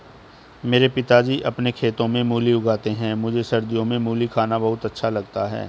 मेरे पिताजी अपने खेतों में मूली उगाते हैं मुझे सर्दियों में मूली खाना बहुत अच्छा लगता है